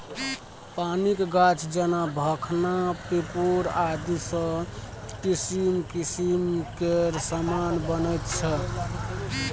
पानिक गाछ जेना भखना पिपुर आदिसँ किसिम किसिम केर समान बनैत छै